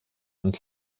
und